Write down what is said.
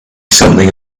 something